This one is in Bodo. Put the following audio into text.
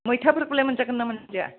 मैथाफोरखौलाय मोनजागोन ना मोनजाया